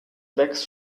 lecks